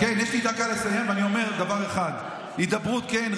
יש לי דקה לסיים, ואני אומר דבר אחד: הידברות, כן.